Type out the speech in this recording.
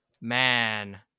man